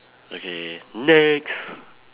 okay next